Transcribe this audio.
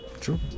true